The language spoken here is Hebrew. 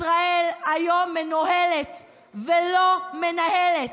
ישראל היום מנוהלת ולא מנהלת,